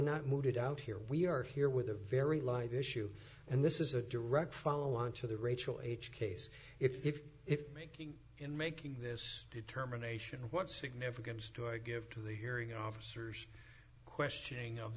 not mooted out here we are here with a very light issue and this is a direct follow on to the rachel h case if if making in making this determination of what significance to i give to the hearing officers questioning of